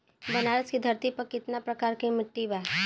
बनारस की धरती पर कितना प्रकार के मिट्टी बा?